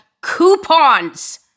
coupons